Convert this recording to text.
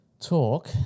talk